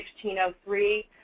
1603